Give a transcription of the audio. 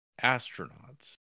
astronauts